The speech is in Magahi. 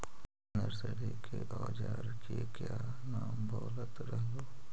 नरसरी के ओजार के क्या नाम बोलत रहलू?